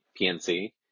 PNC